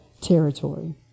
territory